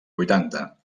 vuitanta